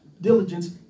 diligence